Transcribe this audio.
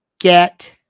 Get